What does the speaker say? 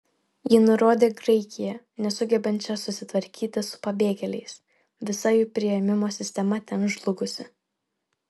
ji nurodė graikiją nesugebančią susitvarkyti su pabėgėliais visa jų priėmimo sistema ten žlugusi